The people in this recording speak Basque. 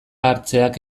hartzeak